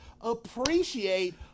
appreciate